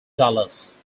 dallas